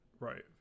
Right